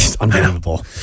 unbelievable